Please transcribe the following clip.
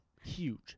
huge